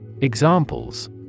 Examples